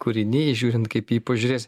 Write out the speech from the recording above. kūriny žiūrint kaip į jį pažiūrėsi